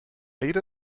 meet